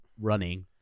running